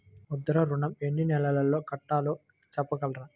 ముద్ర ఋణం ఎన్ని నెలల్లో కట్టలో చెప్పగలరా?